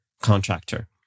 contractor